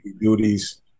duties